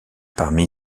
parmi